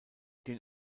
den